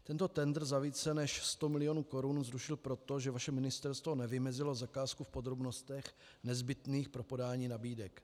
Tento tendr za více než 100 milionů korun zrušil proto, že vaše ministerstvo nevymezilo zakázku v podrobnostech nezbytných pro podání nabídek.